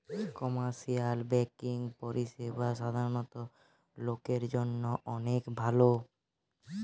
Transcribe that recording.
commercial banking পরিষেবা সাধারণ লোকের জন্য অনেক ভালো